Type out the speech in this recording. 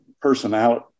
personality